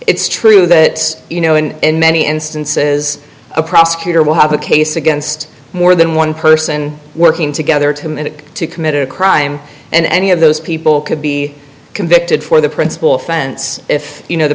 it's true that you know and in many instances a prosecutor will have a case against more than one person working together to mimic to commit a crime and any of those people could be convicted for the principal offense if you know the